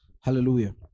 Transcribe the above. Hallelujah